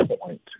point